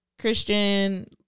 Christian